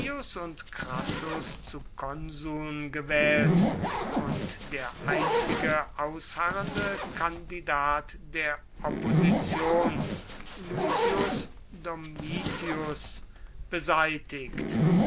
und crassus zu konsuln gewählt und der einzige ausharrende kandidat der opposition lucius domitius beseitigt